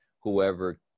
whoever